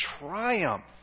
triumph